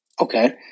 Okay